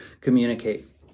communicate